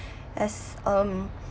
as um